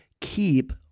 keep